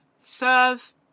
Serve